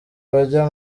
bajya